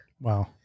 Wow